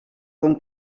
com